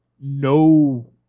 no